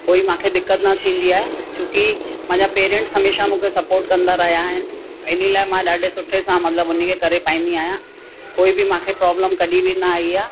कोई मूंखे दिक़तु न थींदी आहे छो की पेरेंट्स हमेशह मूंखे स्पोर्ट कंदा रहिया आहिनि इन लाइ मां ॾाढे सुठे सां मतिलब उनखे करे पाईंदी आहियां कोई बि मूंखे प्रॉब्लम कडहिं बि न आई आहे